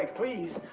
ah please!